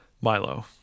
Milo